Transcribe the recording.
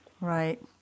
Right